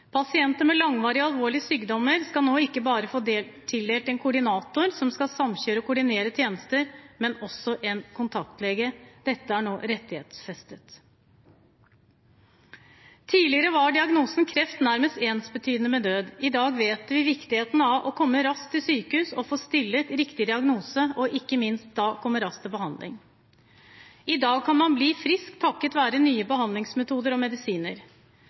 Pasienter med langvarige alvorlige sykdommer skal nå ikke bare få tildelt en koordinator som skal samkjøre og koordinere tjenester, men også en kontaktlege. Dette er nå rettighetsfestet. Tidligere var diagnosen «kreft» nærmest ensbetydende med død. I dag vet vi viktigheten av å komme raskt til sykehus, få stilt riktig diagnose og ikke minst komme raskt til behandling. I dag kan man bli frisk, takket være nye behandlingsmetoder og medisiner.